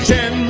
Ten